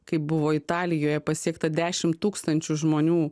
kaip buvo italijoje pasiekta dešimt tūkstančių žmonių